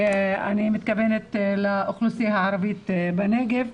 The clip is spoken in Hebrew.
ואני מתכוונת לאוכלוסייה הערבית בנגב,